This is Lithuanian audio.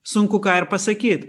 sunku ką ir pasakyt